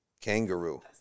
Kangaroo